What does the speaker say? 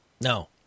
No